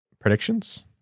Predictions